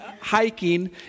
hiking